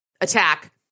attack